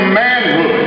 manhood